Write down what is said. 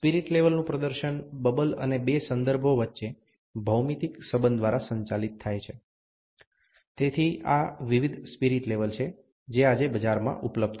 spirit લેવલનું પ્રદર્શન bubble અને બે સંદર્ભો વચ્ચે ભૌમિતિક સંબંધ દ્વારા સંચાલિત થાય છે તેથી આ વિવિધ સ્પિરિટ લેવલ છે જે આજે બજારમાં ઉપલબ્ધ છે